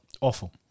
Awful